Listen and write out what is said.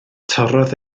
torrodd